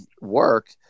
work